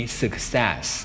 success 。